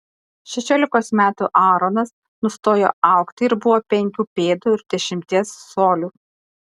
šešiolikos metų aaronas nustojo augti ir buvo penkių pėdų ir dešimties colių